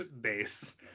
base